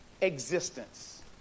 existence